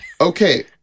Okay